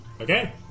Okay